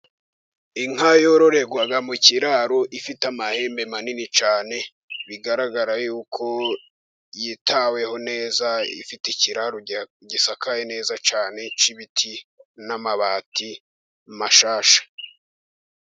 Inka yororerwa mu kiraro ifite amahembe manini cyane. Bigaragara yuko yitaweho neza, ifite ikiraro gisakaye neza cyane cy'ibiti, n'amabati mashyashya.